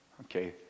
Okay